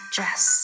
Dress